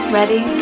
Ready